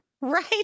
right